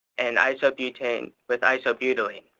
and isobutane with isobutylene.